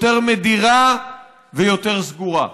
יותר מדירה ויותר סגורה.